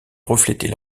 reflétait